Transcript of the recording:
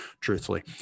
truthfully